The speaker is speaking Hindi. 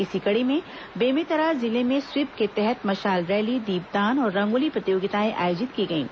इसी कड़ी में बेमेतरा जिले में स्वीप के तहत मशाल रैली दीपदान और रंगोली प्रतियोगिताएं आयोजित की गईं